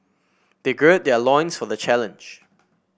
they gird their loins for the challenge